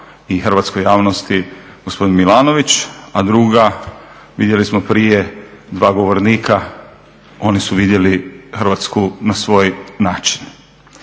i hrvatskoj javnosti gospodin Milanović, a druga vidjeli smo prije dva govornika oni su vidjeli Hrvatsku na svoj način.